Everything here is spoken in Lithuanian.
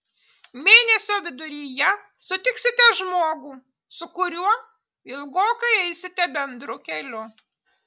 mėnesio viduryje sutiksite žmogų su kuriuo ilgokai eisite bendru keliu